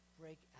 break